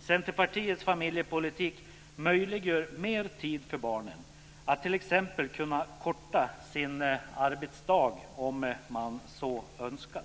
Centerpartiets familjepolitik möjliggör mer tid för barnen genom bl.a. att föräldrar ska kunna korta sin arbetsdag om de så önskar.